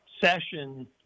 session